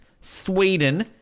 Sweden